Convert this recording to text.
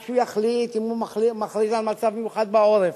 שהוא יחליט אם הוא מכריז על מצב מיוחד בעורף.